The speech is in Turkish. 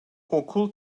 okul